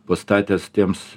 pastatęs tiems